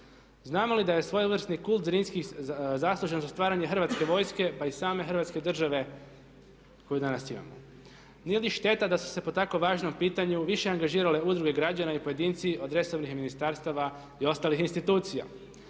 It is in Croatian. Znamo li da je svojevrsni kult Zrinski zaslužan za stvaranje Hrvatske vojske pa i same Hrvatske države koju danas imamo? Nije li šteta da su se po tako važnom pitanju više angažirale udruge građana i pojedinci od resornih ministarstava i ostalih institucija?